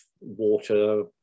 water